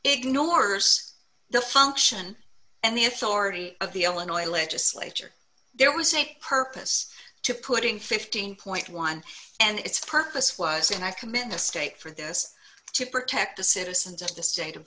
ignores the function and the authority of the illinois legislature there was a purpose to putting fifteen point one and its purpose was and i commend the state for this to protect the citizens of the state of